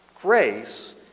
Grace